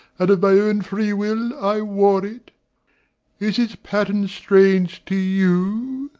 and of my own free will i wore it. is its pattern strange to you?